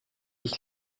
ich